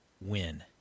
win